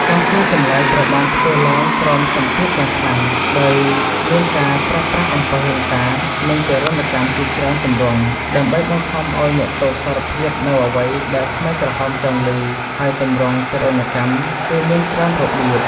ការសួរចម្លើយត្រូវបានធ្វើឡើងក្រោមសម្ពាធយ៉ាងខ្លាំង ដោយមានការប្រើប្រាស់អំពើហិង្សា និងទារុណកម្មជាច្រើនទម្រង់ ដើម្បីបង្ខំឱ្យអ្នកទោសសារភាពនូវអ្វីដែលខ្មែរក្រហមចង់ឮ ហើយទម្រង់ទារុណកម្មគឺមានច្រើនរបៀប។